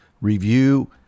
review